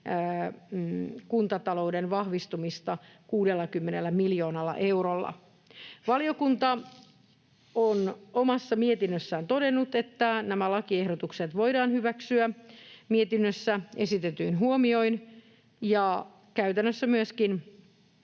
kuntatalouden vahvistumista 60 miljoonalla eurolla. Valiokunta on omassa mietinnössään todennut, että nämä lakiehdotukset voidaan hyväksyä mietinnössä esitetyin huomioin. Käytännössä myöskin